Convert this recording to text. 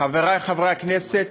חברי חברי הכנסת,